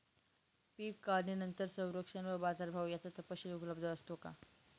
पीक काढणीनंतर संरक्षण व बाजारभाव याचा तपशील उपलब्ध असतो का?